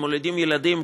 מולידים ילדים,